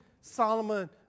Solomon